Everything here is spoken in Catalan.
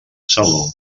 saló